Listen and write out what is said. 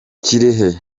kirehe